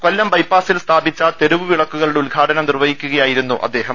കൊല്ലം ബൈപ്പാസിൽ സ്ഥാപിച്ച തെരുവുവിളക്കുകളുടെ ഉദ്ഘാടനം നിർവഹിക്കുകയായിരുന്നു അദ്ദേഹം